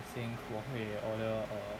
I think 我会 order err